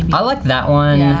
i like that one. yeah.